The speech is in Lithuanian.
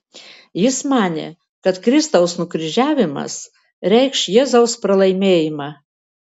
jis manė kad kristaus nukryžiavimas reikš jėzaus pralaimėjimą